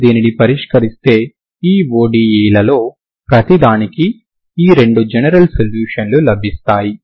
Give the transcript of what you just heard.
మీరు దీనిని పరిష్కరిస్తే ఈ ODEలలో ప్రతిదానికి ఈ రెండు జనరల్ సొల్యూషన్ లు లభిస్తాయి